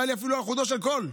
נראה לי שאפילו על חודו של קול,